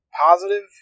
positive